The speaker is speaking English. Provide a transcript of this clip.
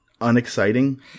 unexciting